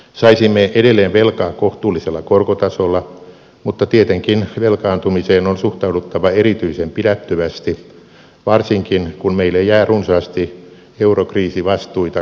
saisimme edelleen velkaa kohtuullisella korkotasolla mutta tietenkin velkaantumiseen on suhtauduttava erityisen pidättyvästi varsinkin kun meille jää runsaasti eurokriisivastuita kannettavaksi